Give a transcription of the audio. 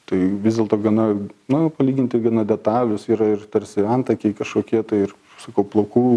tai vis dėlto gana na palyginti gana detalios yra ir tarsi antakiai kažkokie tai ir sakau plaukų